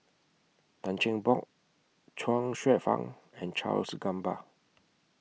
Tan Cheng Bock Chuang Hsueh Fang and Charles Gamba